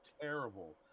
terrible